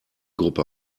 gruppe